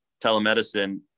telemedicine